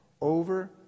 over